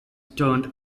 turned